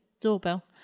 Doorbell